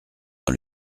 dans